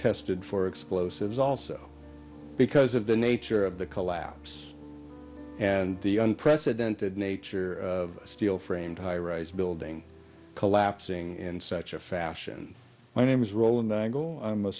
tested for explosives also because the nature of the collapse and the unprecedented nature of steel framed high rise building collapsing in such a fashion my name is roland i